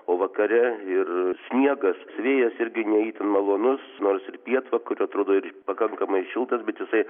o vakare ir sniegas vėjas irgi ne itin malonus nors ir pietvakarių atrodo ir pakankamai šiltas bet jisai